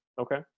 okay